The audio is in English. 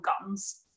guns